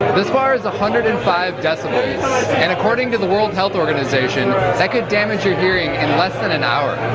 this bar is one hundred and five decibels and according to the world health organization that could damage your hearing in less than an hour.